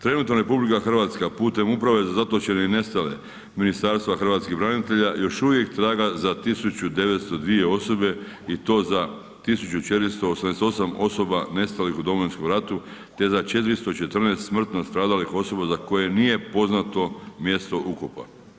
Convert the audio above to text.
Trenutno RH putem Uprave za zatočene i nestale Ministarstva hrvatskih branitelja još uvijek traga za 1902 osobe i to za 1488 osoba nestalih u Domovinskom ratu te za 414 smrtno stradalih osoba za koje nije poznato mjesto ukopa.